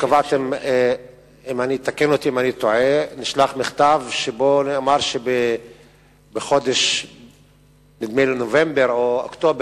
חבר הכנסת ג'מאל זחאלקה שאל את שר הפנים ביום ט"ו באב